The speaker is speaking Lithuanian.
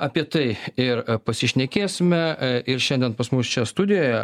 apie tai ir pasišnekėsime ir šiandien pas mus čia studijoje